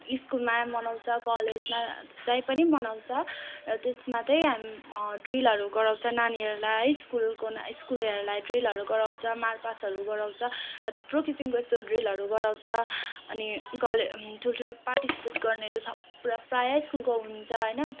स्कुलमा मनाउँछ कलेजमा जहीँ पनि मनाउँछ र त्यसमा त्यही हामी ड्रिलहरू गराउँछ नानीहरूलाई है स्कुलको ना स्कुलहरूलाई ड्रिलहरू गराउँछ मार्च पास्टहरू गराउँछ र थुप्रो किसिमको यस्तो ड्रिलहरू गराउँछ अनि कसले ठुल्ठुलो पार्टिसिपेट गर्नेहरू सब प्रा प्रायः स्कुलको हुन्छ होइन थुप्